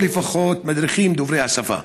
או לפחות מדריכים דוברי השפה?